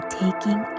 taking